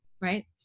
right